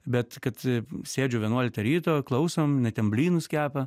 bet kad sėdžiu vienuoliktą ryto klausom jinai ten blynus kepa